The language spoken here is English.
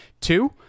Two